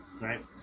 right